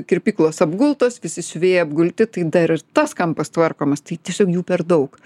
kirpyklos apgultos visi siuvėjai apgulti tai dar ir tas kampas tvarkomas tai tiesiog jų per daug